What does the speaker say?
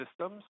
systems